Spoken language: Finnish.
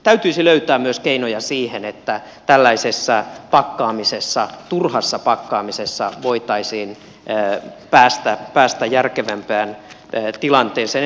täytyisi löytää myös keinoja siihen että tällaisesta turhasta pakkaamisesta voitaisiin päästä järkevämpään tilanteeseen